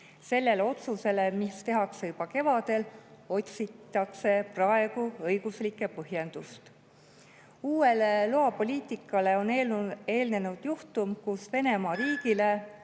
Sellele otsusele, mis tehakse juba kevadel, otsitakse praegu õiguslikku põhjendust. Uuele loapoliitikale on eelnenud juhtum, kus Venemaa riigile